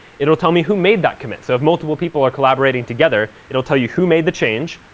it will tell me who made that commit. so if multiple people are collaborating together, it will tell you who made the change,